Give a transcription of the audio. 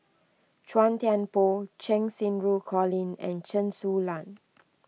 Chua Thian Poh Cheng Xinru Colin and Chen Su Lan